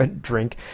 drink